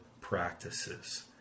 practices